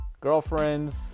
girlfriends